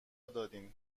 دادین